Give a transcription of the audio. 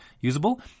usable